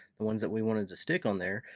the ones that we wanted to stick on there,